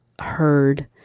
heard